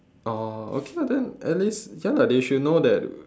oh okay lah then at least ya lah they should know that